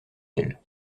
elle